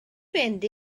fynd